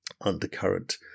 undercurrent